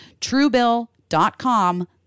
Truebill.com